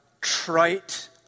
trite